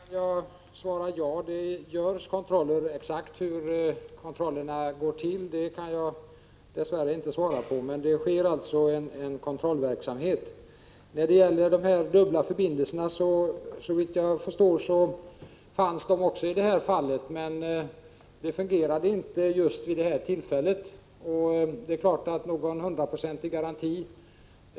Herr talman! På de sista frågorna kan jag svara: Ja, det görs kontroller. Exakt hur kontrollerna går till kan jag dess värre inte säga. Men det sker allstå en kontrollverksamhet. När det gäller de dubbla förbindelserna så fanns de, såvitt jag förstår, också i det här fallet. Men de fungerade inte vid just detta tillfälle.